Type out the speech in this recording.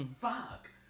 Fuck